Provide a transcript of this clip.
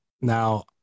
Now